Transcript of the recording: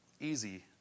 easy